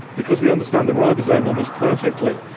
because we understand the ribosome almost perfectly,